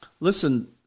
Listen